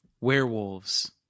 Werewolves